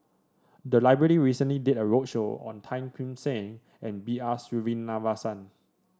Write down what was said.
the library recently did a roadshow on Tan Kim Seng and B R Sreenivasan